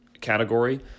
category